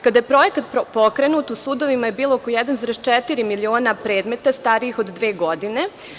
Kada je projekat pokrenut u sudovima je bilo oko 1,4 miliona predmeta starijih od dve godine.